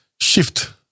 shift